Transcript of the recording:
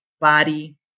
body